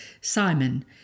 Simon